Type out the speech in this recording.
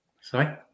sorry